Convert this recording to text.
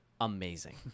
amazing